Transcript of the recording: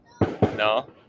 No